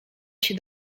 się